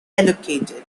allocated